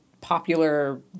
popular